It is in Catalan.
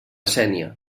sénia